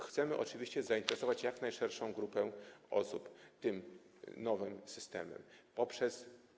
Chcemy oczywiście zainteresować jak najszerszą grupę osób tym nowym systemem poprzez.